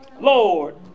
Lord